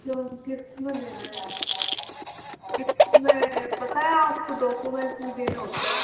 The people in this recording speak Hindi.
अच्छा किश्त में लेना है किश्त में पता है आपको डॉक्यूमेंट्स भी देने होते हैं